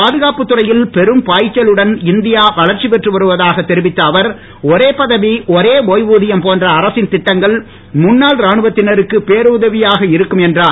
பாதுகாப்பு துறையில் பெரும் பாய்ச்சலுடன் இந்தியா வளர்ச்சி பெற்று வருவதாக தெரிவித்த அவர் ஒரே பதவி ஒரே ஒய்வுதியம் போன்ற அரசின் திட்டங்கள் முன்னாள் ராணுவத்தினருக்கு பேருதவியாக இருக்கும் என்றார்